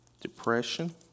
depression